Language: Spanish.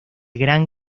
gran